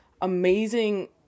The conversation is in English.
amazing